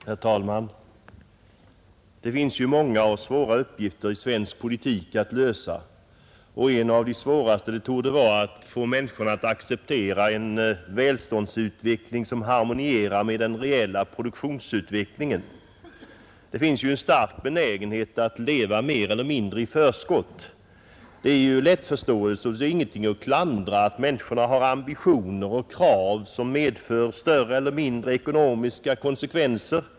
Herr talman! Det finns många svåra uppgifter att lösa i svensk politik. En av de svåraste torde vara att få människorna att acceptera en välståndsutveckling som harmonierar med den reella produktionsutvecklingen. Det finns en stark benägenhet att leva mer eller mindre i förskott. Det är lättförståeligt och ingenting att klandra, att människorna har ambitioner och krav som medför större eller mindre ekonomiska konsekvenser.